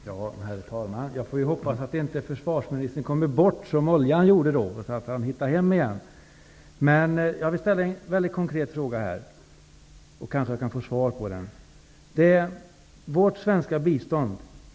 Herr talman! Jag får hoppas att försvarsministern inte kommer bort, som oljan gjorde, utan att han hittar hem igen. Jag vill ställa en väldigt konkret fråga, och kanske kan jag också få svar på den.